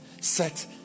set